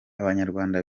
abanyarwanda